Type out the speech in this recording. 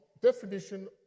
Definition